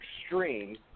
extreme